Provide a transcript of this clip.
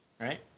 right